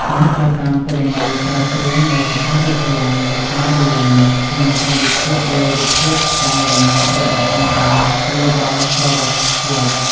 នេះបើតាមទិន្នន័យស្រាវជ្រាវនៅសកលវិទ្យាល័យ Maryland និងការវិភាគលើរូបភាពផ្កាយរណបរបស់អង្គការ Global Forest Watch។